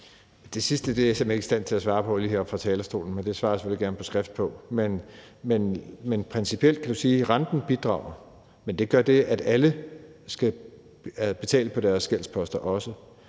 Det sidste er jeg simpelt hen ikke i stand til at svare på lige heroppe fra talerstolen. Men det svarer jeg selvfølgelig gerne på skrift på. Men principielt kan du sige, at renten bidrager, men det gør det, at alle skal betale på deres gældsposter, også.